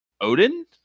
Odin